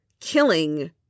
killing